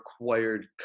required